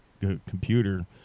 computer